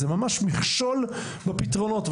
זה ממש מכשול בפתרונות.